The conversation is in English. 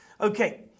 Okay